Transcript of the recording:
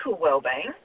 well-being